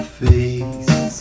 face